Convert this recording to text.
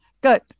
good